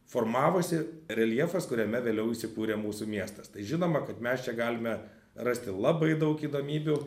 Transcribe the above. formavosi reljefas kuriame vėliau įsikūrė mūsų miestas tai žinoma kad mes čia galime rasti labai daug įdomybių